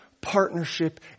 partnership